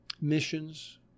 missions